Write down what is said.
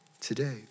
today